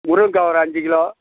முருங்கக்காய் ஒரு அஞ்சு கிலோ